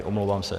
Omlouvám se.